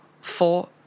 four